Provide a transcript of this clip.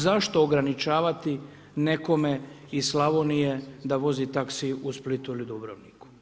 Zašto ograničavati nekome iz Slavonije da vozi taxi u Splitu ili Dubrovniku?